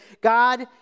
God